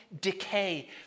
decay